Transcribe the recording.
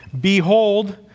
behold